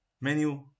menu